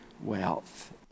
wealth